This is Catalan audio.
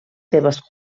seves